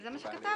זה מה שכתבנו.